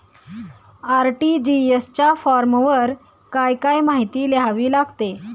RTGS च्या फॉर्मवर काय काय माहिती लिहावी लागते?